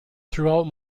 throughout